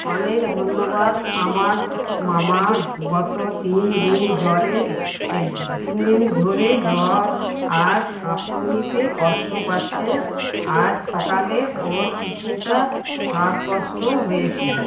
অনেক ধন্যবাদ আমার মামার গত তিন দিন জ্বরে এই তিন দিন ধরে জ্বর আর কাঁপুনিতে কষ্ট পাচ্ছেন আজ সকালে ওঁর কিছুটা শ্বাসকষ্টও হয়েছে